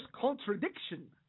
Contradiction